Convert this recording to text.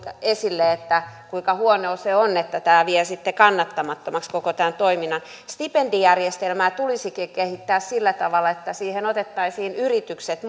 esille kuinka huonoa se on että tämä vie sitten kannattamattomaksi koko tämän toiminnan stipendijärjestelmää tulisikin kehittää sillä tavalla että siihen otettaisiin yritykset